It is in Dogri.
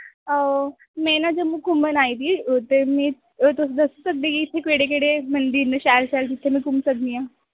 में ना जम्मू घूमन आई दी ते मी तुस दस्सी सकदे कि इत्थे केह्ड़े केह्ड़े मंदिर न शैल शैल जित्थै में घूमी सकदी आं